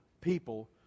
people